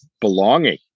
belonging